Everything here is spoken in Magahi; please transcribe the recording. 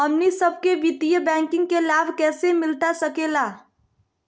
हमनी सबके वित्तीय बैंकिंग के लाभ कैसे मिलता सके ला?